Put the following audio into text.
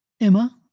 Emma